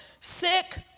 sick